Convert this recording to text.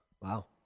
Wow